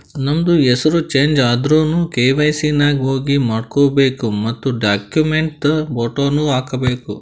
ನಮ್ದು ಹೆಸುರ್ ಚೇಂಜ್ ಆದುರ್ನು ಕೆ.ವೈ.ಸಿ ನಾಗ್ ಹೋಗಿ ಮಾಡ್ಕೋಬೇಕ್ ಮತ್ ಡಾಕ್ಯುಮೆಂಟ್ದು ಫೋಟೋನು ಹಾಕಬೇಕ್